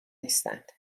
نیستند